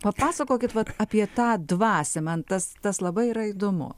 papasakokit vat apie tą dvasią man tas tas labai yra įdomu